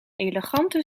elegante